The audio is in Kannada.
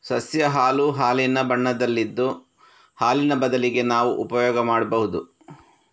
ಸಸ್ಯ ಹಾಲು ಹಾಲಿನ ಬಣ್ಣದಲ್ಲಿದ್ದು ಹಾಲಿನ ಬದಲಿಗೆ ನಾವು ಉಪಯೋಗ ಮಾಡ್ಬಹುದು